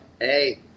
hey